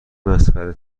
مسخره